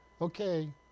Okay